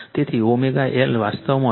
તેથી Lω વાસ્તવમાં 31